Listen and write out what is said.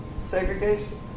segregation